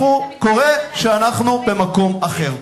קורה שאנחנו במקום אחר.